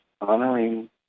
honoring